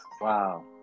Wow